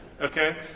Okay